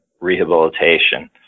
rehabilitation